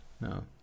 No